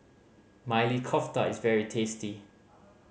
Maili Kofta is very tasty